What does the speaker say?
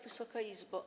Wysoka Izbo!